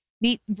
meet